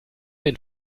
den